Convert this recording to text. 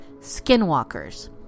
skinwalkers